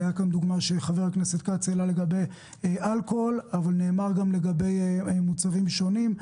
חבר הכנסת כץ נתן דוגמה לגבי אלכוהול אבל נאמר גם לגבי מוצרים שונים.